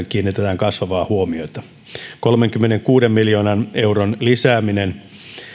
kiinnitetään kasvavaa huomiota kolmenkymmenenkuuden miljoonan euron lisääminen